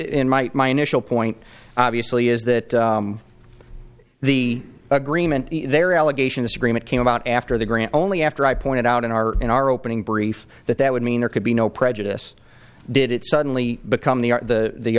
might my initial point obviously is that the agreement there allegations agreement came about after the grant only after i pointed out in our in our opening brief that that would mean there could be no prejudice did it suddenly become the the